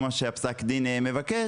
כמו שפסק הדין מבקש